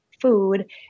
food